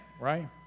right